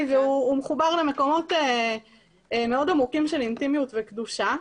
ומחובר למקומות מאוד עמוקים של אינטימיות וקדושה.